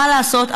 מה לעשות,